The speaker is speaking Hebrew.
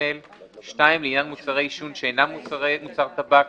9(ג); (2)לעניין מוצרי עישון שאינם מוצר טבק,